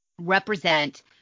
represent